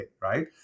right